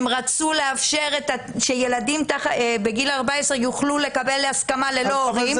הם רצו לאפשר שילדים בגיל 14 יוכלו לקבל הסכמה ללא הורים,